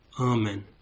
Amen